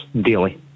daily